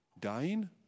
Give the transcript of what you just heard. Dying